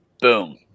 Boom